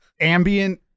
ambient